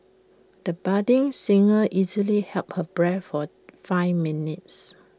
the budding singer easily held her breath for five minutes